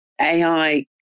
AI